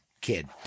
kid